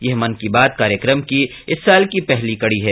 यह मन की बात कार्यक्रम की इस साल की पहली कड़ी है